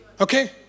Okay